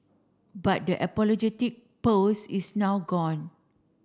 but the apologetic post is now gone